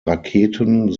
raketen